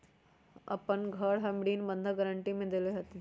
अपन घर हम ऋण बंधक गरान्टी में देले हती